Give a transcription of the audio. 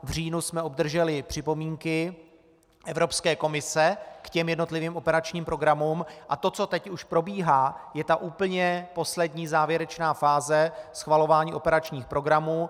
V říjnu jsme obdrželi připomínky Evropské komise k jednotlivým operačním programům a to, co teď už probíhá, je úplně poslední, závěrečná fáze schvalování operačních programů.